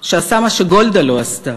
שעשה מה שגולדה לא עשתה,